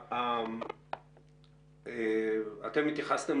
אתם התייחסתם